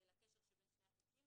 של הקשר בין שני החוקים.